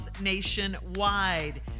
nationwide